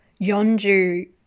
Yonju